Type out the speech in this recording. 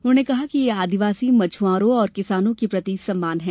उन्होंने कहा कि यह आदिवासी मछ्आरों और किसानों के प्रति सम्मान है